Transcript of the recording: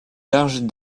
larges